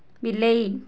ବିଲେଇ